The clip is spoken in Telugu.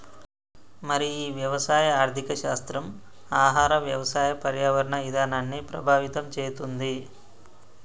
మరి ఈ వ్యవసాయ ఆర్థిక శాస్త్రం ఆహార వ్యవసాయ పర్యావరణ ఇధానాన్ని ప్రభావితం చేతుంది